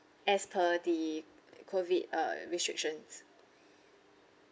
as per the COVID uh restrictions